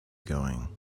going